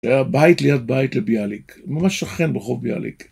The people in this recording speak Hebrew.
זה היה בית ליד בית לביאליק, ממש שכן ברחוב ביאליק.